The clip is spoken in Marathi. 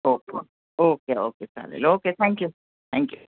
ओके ओके ओके चालेल ओके थँक्यू थँक्यू